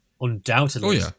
undoubtedly